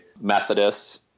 Methodists